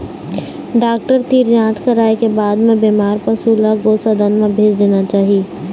doctor तीर जांच कराए के बाद म बेमार पशु ल गो सदन म भेज देना चाही